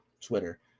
twitter